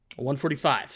145